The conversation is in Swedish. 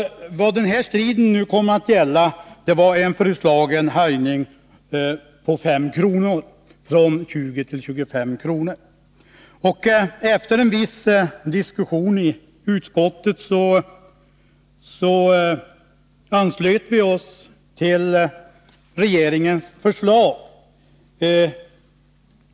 Vad striden kom att gälla var en föreslagen höjning på 5 kr., från 20 till 25 kr. Efter en viss diskussion i utskottet anslöt vi oss till regeringens förslag.